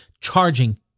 charging